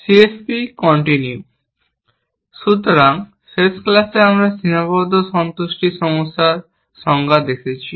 সুতরাং শেষ ক্লাসে আমরা সীমাবদ্ধ সন্তুষ্টি সমস্যার সংজ্ঞা দেখেছি